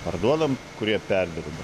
parduodame kurie perdirba